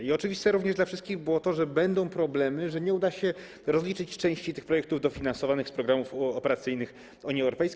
I oczywiste również dla wszystkich było to, że będą problemy, że nie uda się rozliczyć części tych projektów dofinansowanych z programów operacyjnych Unii Europejskiej.